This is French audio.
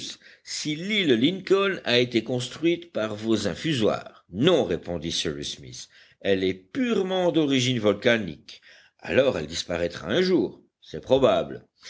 si l'île lincoln a été construite par vos infusoires non répondit cyrus smith elle est purement d'origine volcanique alors elle disparaîtra un jour c'est probable